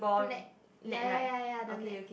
flag ya ya ya the net